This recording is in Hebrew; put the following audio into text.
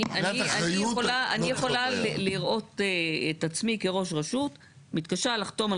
אני יכולה לראות את עצמי כראש רשות מתקשה לחתום על